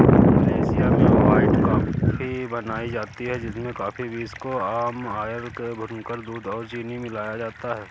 Malaysia में white coffee बनाई जाती है जिसमें कॉफी बींस को पाम आयल में भूनकर दूध और चीनी मिलाया जाता है